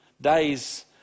days